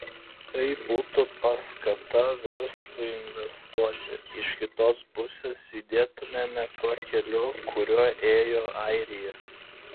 tai būtų paskata verslui investuoti iš kitos pusės judėtumėme tuo keliu kuriuo ėjo airija